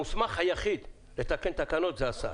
המוסמך היחיד לתקן תקנות זה השר.